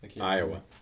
Iowa